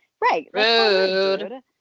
Right